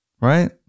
Right